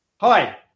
Hi